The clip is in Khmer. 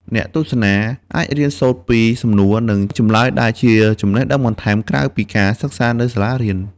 អ្នកទស្សនាអាចរៀនសូត្រពីសំណួរ និងចម្លើយដែលជាចំណេះដឹងបន្ថែម ក្រៅពីការសិក្សានៅសាលារៀន។។